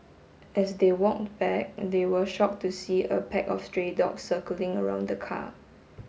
as they walked back and they were shocked to see a pack of stray dogs circling around the car